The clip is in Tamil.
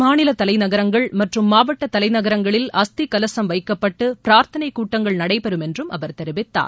மாநில தலைநகரங்கள் மற்றும் மாவட்ட தலைநகரங்களில் அஸ்தி கலசம் வைக்கப்பட்டு பிரார்த்தனை கூட்டங்கள் நடைபெறும் என்றும் அவர் தெரிவித்தார்